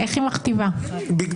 מכתיבה?